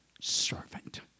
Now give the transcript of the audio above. servant